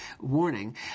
warning